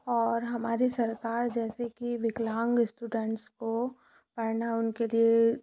और हमारी सरकार जैसे कि विकलांग स्टूडेंट्स को पढ़ना उनके लिए